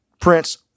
Prince